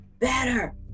better